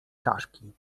czaszki